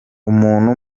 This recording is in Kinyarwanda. umuntu